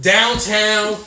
Downtown